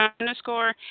underscore